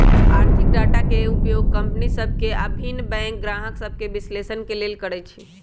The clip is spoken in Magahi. आर्थिक डाटा के उपयोग कंपनि सभ के आऽ भिन्न बैंक गाहक सभके विश्लेषण के लेल करइ छइ